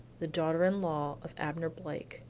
the daughter-in-law of abner blake,